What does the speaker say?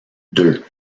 deux